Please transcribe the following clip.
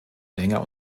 länger